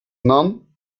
none